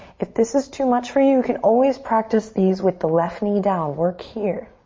if this is too much for you can always practice these with the left knee down. work here.